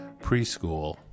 preschool